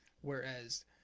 Whereas